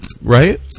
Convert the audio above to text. Right